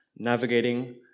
navigating